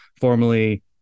formerly